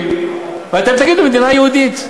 ואתם תגידו: מדינה יהודית.